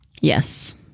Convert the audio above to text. yes